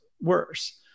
worse